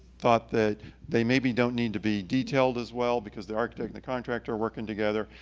thought that they maybe don't need to be detailed as well, because the architect and the contractor are working together.